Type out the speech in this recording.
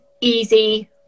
easy